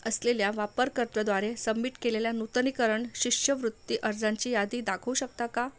असलेल्या वापरकर्त्याद्वारे सबमिट केलेल्या नूतनीकरण शिष्यवृत्ती अर्जांची यादी दाखवू शकता का